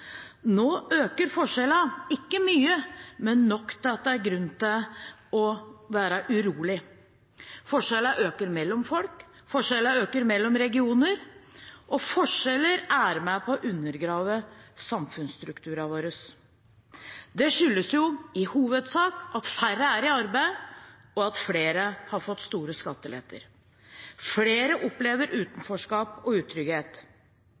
Nå øker forskjellene, ikke mye, men nok til at det er grunn til å være urolig. Forskjellene øker mellom folk, forskjellene øker mellom regioner, og forskjeller er med på å undergrave samfunnsstrukturene våre. Det skyldes i hovedsak at færre er i arbeid, og at flere har fått store skatteletter. Flere opplever utenforskap og utrygghet.